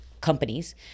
companies